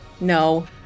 No